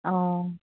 অঁ